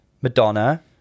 Madonna